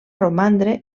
romandre